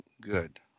good